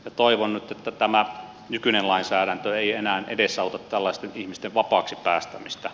toivon nyt että tämä nykyinen lainsäädäntö ei enää edesauta tällaisten ihmisten vapaaksi päästämistä